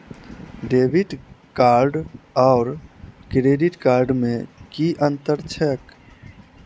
Debit card आओर credit card मे की अन्तर छैक?